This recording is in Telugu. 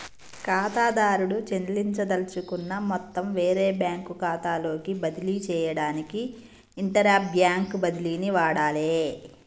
ఖాతాదారుడు చెల్లించదలుచుకున్న మొత్తం వేరే బ్యాంకు ఖాతాలోకి బదిలీ చేయడానికి ఇంటర్బ్యాంక్ బదిలీని వాడాలే